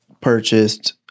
purchased